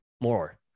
more